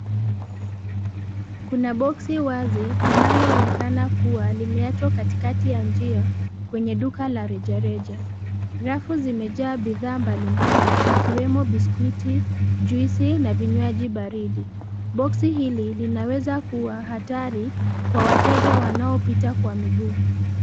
Kuna boksi wazi linaloonekana kuwa limeachwa katikati ya njia kwenye duka la rejareja. Rafu zimejaa bidhaa mbalimbali zikiwemo biskuti, juisi na vinywaji baridi. Boksi hili linaweza kuwa hatari kwa wateja wanaopita kwa miguu.